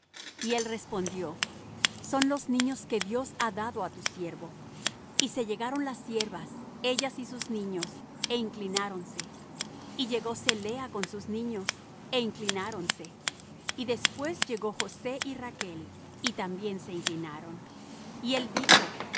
y él respondió son los niños que dios ha dado á tu siervo y se llegaron las siervas ellas y sus niños é inclináronse y llegóse lea con sus niños é inclináronse y después llegó josé y rachl y también se inclinaron y él dijo